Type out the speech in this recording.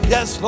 Yes